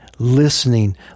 listening